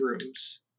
rooms